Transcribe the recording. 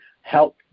help